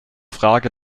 frage